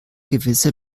gewisse